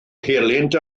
helynt